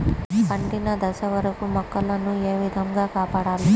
పండిన దశ వరకు మొక్కల ను ఏ విధంగా కాపాడాలి?